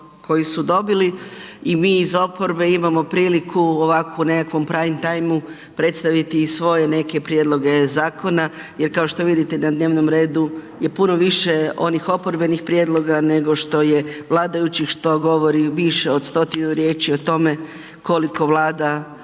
koji su dobili i mi iz oporbe imamo priliku ovako u nekakvom prime timeu predstaviti i svoje neke prijedloge zakona jer kao što vidite na dnevnom redu je puno više onih oporbenih prijedloga nego što je vladajućih, što govori više od 100-tinu riječi o tome koliko Vlada